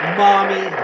mommy